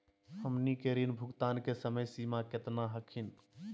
हमनी के ऋण भुगतान के समय सीमा केतना हखिन?